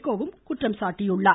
கோ குற்றம் சாட்டியுள்ளார்